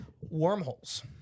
Wormholes